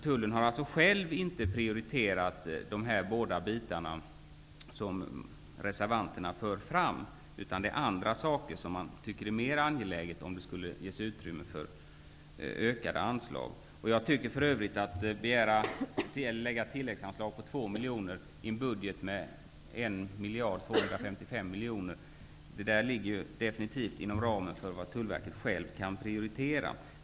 Tullen har själv inte prioriterat de båda områden som reservanterna har fört fram, utan det finns annat som man anser vara mer angeläget om utrymme skulle ges för ökade anslag. Jag tycker för övrigt att en begäran om tilläggsanslag på 2 miljoner i en budget som innehåller 1 255 miljoner definitivt ligger inom ramen för vad Tullverket själv kan prioritera.